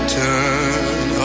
turn